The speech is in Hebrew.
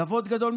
כבוד גדול,